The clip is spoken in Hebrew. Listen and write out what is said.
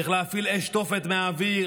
צריך להפעיל אש תופת מהאוויר,